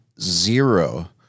zero